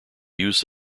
use